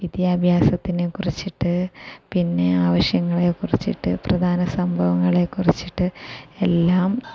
വിദ്യാഭ്യാസത്തിനെക്കുറിച്ചിട്ട് പിന്നെ ആവശ്യങ്ങളെ കുറിച്ചിട്ട് പ്രധാന സംഭവങ്ങളെ കുറിച്ചിട്ട് എല്ലാം